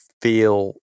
feel